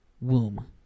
womb